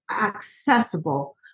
accessible